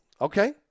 okay